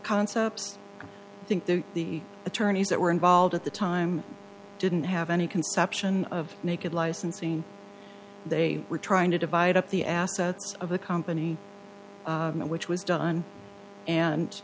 concepts think that the attorneys that were involved at the time didn't have any conception of naked licensing they were trying to divide up the assets of a company which was done and